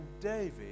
David